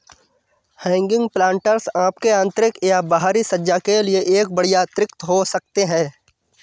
hanging planters आपके आंतरिक या बाहरी सज्जा के लिए एक बढ़िया अतिरिक्त हो सकते है